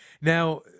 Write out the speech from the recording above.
Now